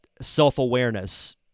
self-awareness